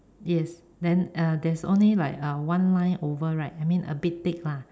yes then uh there's only like uh one line over right I mean a bit thick lah